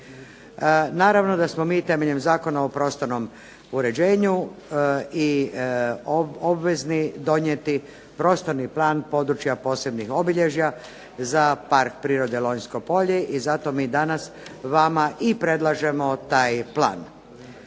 Naravno da smo mi temeljem Zakona o prostornom uređenju obvezni donijeti prostorni plan područja posebnih obilježja za Park prirode Lonjsko polje i zato mi danas vama i predlažemo taj plan.